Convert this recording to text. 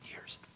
years